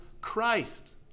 Christ